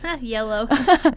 Yellow